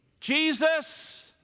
Jesus